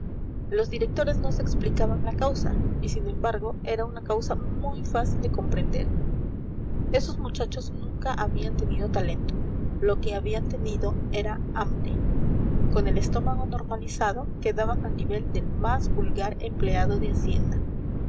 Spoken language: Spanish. los directores no se explicaban la causa y sin embargo era una causa muy fácil de comprender esos muchachos nunca habían tenido talento lo que habían tenido era hambre con el estómago normalizado quedaban al nivel del más vulgar empleado de hacienda